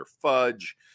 fudge